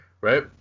Right